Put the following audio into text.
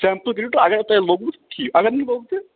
sample کٔرِو تہٕ اگر تۄہہِ لوٚگوُ ٹھیٖک اگر نہٕ لوٚگ تہٕ